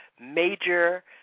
major